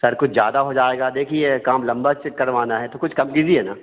sir कुछ ज़्यादा हो जाएगा देखिए काम लम्बा करवाना है तो कुछ कम कीजिए ना